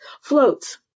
Floats